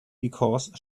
because